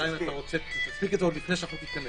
השאלה אם תספיק את זה עוד לפני שהחוק ייכנס.